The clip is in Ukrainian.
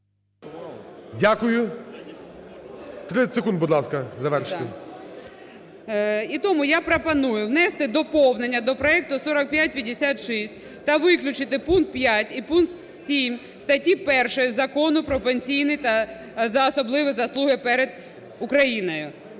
Дякую. 30 секунд, будь ласка, завершити. КОРОЛЕВСЬКА Н.Ю. І тому я пропоную внести доповнення до проекту 4556 – та виключити пункт 5 і пункт 7 статті 1 Закону про пенсійні та… за особливі заслуги перед Україною.